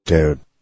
Dude